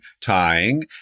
tying